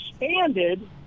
expanded